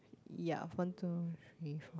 ya one two three four